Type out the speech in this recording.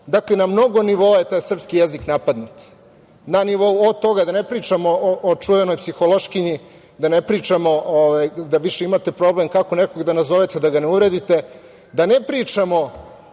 dakle, na mnogo nivoa je taj srpski jezik napadnut. Da ne pričamo o čuvenoj psihološkinji, da pričamo da više imate problem kako nekog da nazovete, a da ga ne uvredite, da ne pričamo